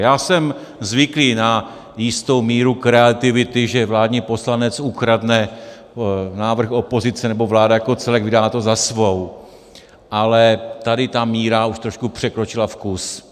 Já jsem zvyklý na jistou míru kreativity, že vládní poslanec ukradne návrh opozice, nebo vláda jako celek vydává to za svou, ale tady ta míra už trošku překročila vkus.